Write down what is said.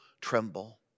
tremble